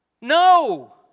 No